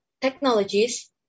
technologies